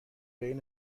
برید